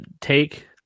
Take